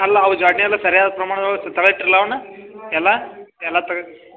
ಅಲ್ಲ ಅವು ಜೊಡ್ನಿಯದು ಸರಿಯಾದ ಪ್ರಮಾಣದಲ್ಲಿ ತಳ ಇಟ್ಟಿರಿ ಅಲ್ಲಾ ಅವ್ನ ಎಲ್ಲ ಎಲ್ಲ ತಗ್